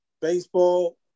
baseball